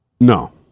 No